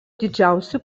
didžiausiu